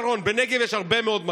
בנגב יש הרבה מאוד מקום.